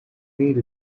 need